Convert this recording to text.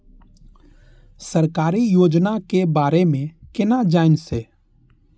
सरकारी योजना के बारे में केना जान से?